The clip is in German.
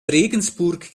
regensburg